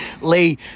Lee